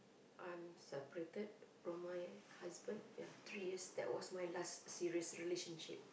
I'm separated from my husband ya three years that was my last serious relationship